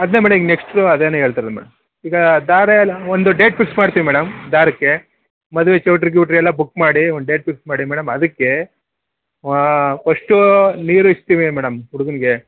ಅದನ್ನೇ ಮೇಡಮ್ ಈಗ ನೆಕ್ಸ್ಟು ಅದೇನೇ ಹೇಳ್ತಿರೋದು ಮೇಡಮ್ ಈಗ ದಾರೆ ಒಂದು ಡೇಟ್ ಫಿಕ್ಸ್ ಮಾಡ್ತೀವಿ ಮೇಡಮ್ ದಾರಕ್ಕೆ ಮದುವೆ ಚೌಲ್ಟ್ರಿ ಗಿವ್ಟ್ರಿ ಎಲ್ಲ ಬುಕ್ ಮಾಡಿ ಒಂದು ಡೇಟ್ ಫಿಕ್ಸ್ ಮಾಡಿ ಮೇಡಮ್ ಅದಕ್ಕೆ ಫಸ್ಟೂ ನೀರು ಇಡ್ತೀವಿ ಮೇಡಮ್ ಹುಡ್ಗನ್ಗೆ